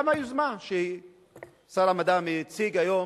גם היוזמה ששר המדע מציג היום,